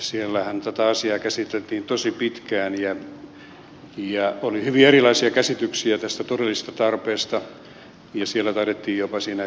siellähän tätä asiaa käsiteltiin tosi pitkään ja oli hyvin erilaisia käsityksiä tästä todellisesta tarpeesta ja siellä taidettiin jopa siinä yhteisessä neuvottelukunnassa siitä äänestääkin